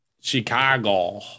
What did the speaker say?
Chicago